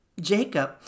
Jacob